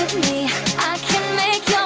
me i can make